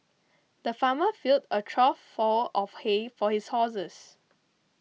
the farmer filled a trough full of hay for his horses